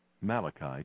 Malachi